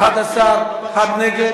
בעד, 11, אחד נגד.